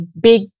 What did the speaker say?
big